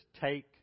take